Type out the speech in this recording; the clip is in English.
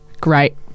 great